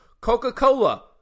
Coca-Cola